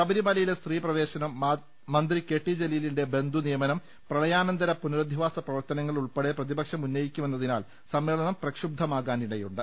ശബരിമലയിലെ സ്ത്രീപ്രവേശനം മന്ത്രി കെ ടി ജലീലിന്റെ ബന്ധുനിയമനം പ്രളയാനന്തര പുനരധി വാസ പ്രവർത്ത നങ്ങൾ ഉൾപ്പെടെ പ്രതി പക്ഷം ഉന്നയിക്കുമെന്നതിനാൽ സമ്മേളനം പ്രക്ഷുബ്ധമാകാ നാനിടയുണ്ട്